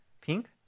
pink